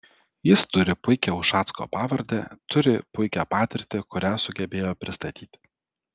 jis turi puikią ušacko pavardę turi puikią patirtį kurią sugebėjo pristatyti